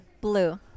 Blue